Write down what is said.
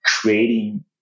creating